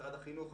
משרד החינוך 53%,